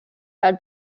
had